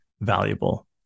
valuable